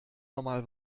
normal